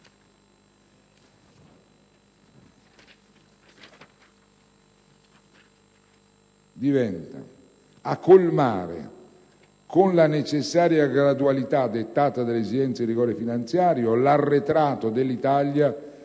segue: «a colmare con la necessaria gradualità dettata da esigenze di rigore finanziario l'arretrato dell'Italia